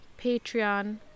patreon